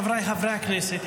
חבריי חברי הכנסת,